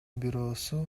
бирөөсү